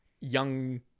young